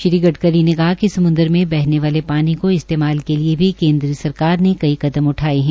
श्री गड़करी ने कहा कि सम्द्र में बहने वाले पानी को इस्तेमाल के लिए भी केन्द्रीय सरकार ने कई कदम उठाए है